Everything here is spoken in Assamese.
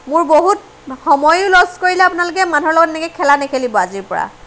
মোৰ বহুত সময়ো লচ কৰিলে আপোনালোকে মানুহৰ লগত এনেকে খেলা নেখেলিব আজিৰপৰা